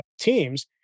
teams